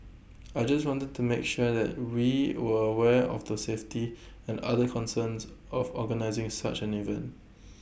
I just wanted to make sure that we were aware of the safety and other concerns of organising such an event